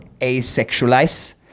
Asexualize